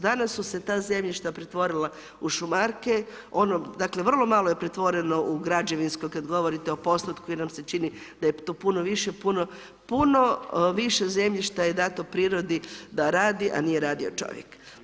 Danas su se ta zemljišta pretvorila u šumarke, dakle, vrlo malo je pretvoreno u građevinsko, kada govorite o postotku, jer nam se čini, da je to puno više, puno više zemljišta je dato prirodi da radi, a nije radio čovjek.